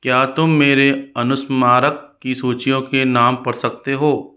क्या तुम मेरे अनुस्मारक की सूचियों के नाम पढ़ सकते हो